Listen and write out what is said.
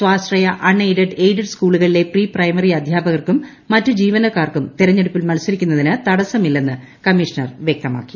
സ്വാശ്രയ unaided aided സ്കൂളുകളിലെ pre primary അധ്യാപകർക്കും മീറ്റ് ജീവനക്കാർക്കും തിരഞ്ഞെടു പ്പിൽ മത്സരിക്കുന്നതിന് തടസ്സമില്ലെന്ന് കമ്മീഷണർ വ്യക്തമാക്കി